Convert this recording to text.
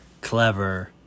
clever